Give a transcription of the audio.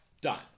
Done